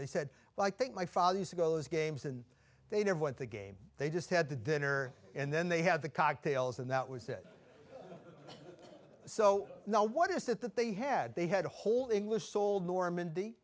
they said well i think my father used to go those games and they know what the game they just had the dinner and then they had the cocktails and that was it so now what is it that they had they had a whole english sold normandy